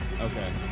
Okay